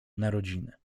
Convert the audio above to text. narodziny